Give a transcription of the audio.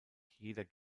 jeder